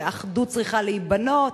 אחדות צריכה להיבנות.